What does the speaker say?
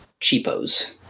cheapos